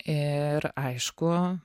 ir aišku